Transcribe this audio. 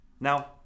Now